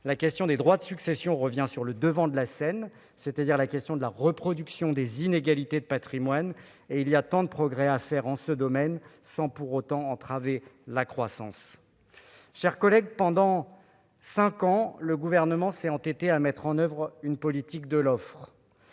la question des droits de succession revient sur le devant de la scène, c'est-à-dire celle de la reproduction des inégalités de patrimoine. Il y a tant de progrès à faire en ce domaine, sans pour autant entraver la croissance. Pendant cinq ans, le Gouvernement s'est entêté à mettre en oeuvre une politique de l'offre,